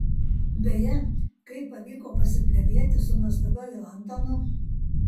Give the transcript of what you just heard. beje kaip pavyko pasiplepėti su nuostabiuoju antonu